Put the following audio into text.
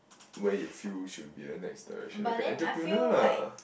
where you feel should be the next direction like an entrepreneur lah